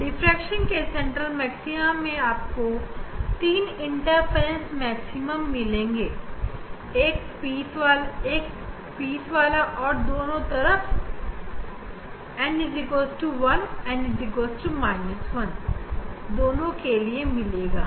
diffraction के central maxima में आपको तीन इंटरफ्रेंस मैक्सिमम मिलेगी एक पीस वाली और दोनों तरफ पहला आर्डरn 1 और n 1 दोनों के लिए मिलेगा